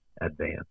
advance